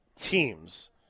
teams